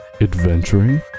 adventuring